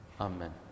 Amen